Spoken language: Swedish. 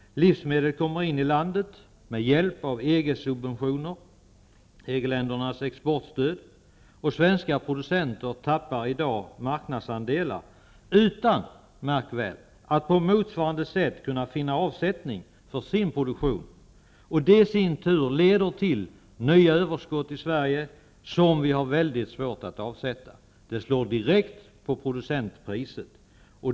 Livsmedel kommer in i landet med hjälp av EG subventioner, EG-ländernas exportstöd. Svenska producenter tappar i dag marknadsandelar utan, märk väl, att på motsvarande sätt kunna finna avsättning för sin produktion. Det leder i sin tur till nya överskott i Sverige, som vi har mycket svårt att avsätta. Det slår direkt på producentpriset.